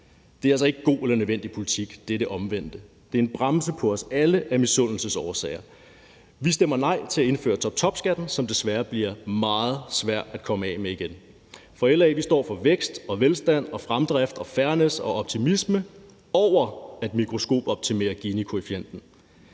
Det er altså ikke god eller nødvendig politik. Det er det omvendte. Det er en bremse på os alle af misundelsesårsager. Vi stemmer nej til at indføre toptopskatten, som desværre bliver meget svær at komme af med igen. For LA står for vækst, velstand, fremdrift, fairness og optimisme over at mikroskopoptimere Ginikoefficienten.